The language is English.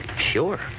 Sure